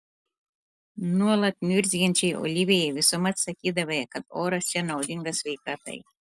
nuolat niurzgančiai olivijai visuomet sakydavai kad oras čia naudingas sveikatai